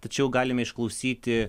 tačiau galime išklausyti